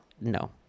no